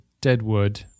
Deadwood